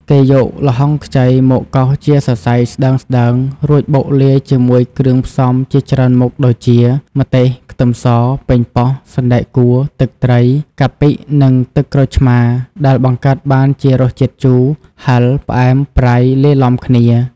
គេយកល្ហុងខ្ចីមកកោសជាសរសៃស្តើងៗ រួចបុកលាយជាមួយគ្រឿងផ្សំជាច្រើនមុខដូចជា ម្ទេស ខ្ទឹមស ប៉េងប៉ោះ សណ្ដែកកួរ ទឹកត្រី កាពិ និងទឹកក្រូចឆ្មារ ដែលបង្កើតបានជារសជាតិជូរ ហឹរ ផ្អែម ប្រៃ លាយឡំគ្នា។